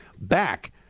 back